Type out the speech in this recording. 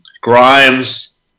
Grimes